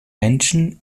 menschen